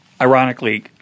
ironically